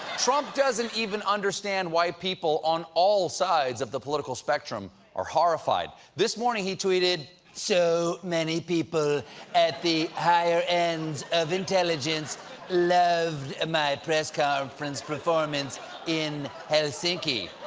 trump doesn't even understand why people on all sides of the political spectrum are horrified. this morning he tweeted, so many people at the higher end of intelligence loved my press conference performance in helsinki.